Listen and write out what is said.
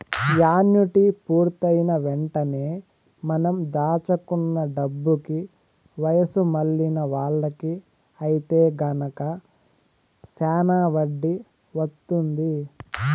annuity పూర్తయిన వెంటనే మనం దాచుకున్న డబ్బుకి వయసు మళ్ళిన వాళ్ళకి ఐతే గనక శానా వడ్డీ వత్తుంది